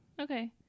okay